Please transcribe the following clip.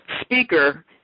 speaker